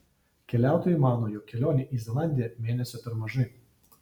keliautojai mano jog kelionei į zelandiją mėnesio per mažai